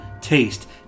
taste